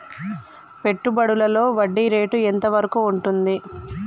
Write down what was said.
పెట్టుబడులలో వడ్డీ రేటు ఎంత వరకు ఉంటది?